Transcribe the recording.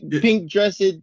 pink-dressed